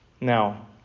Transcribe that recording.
Now